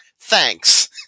thanks